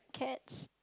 Keds